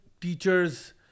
teachers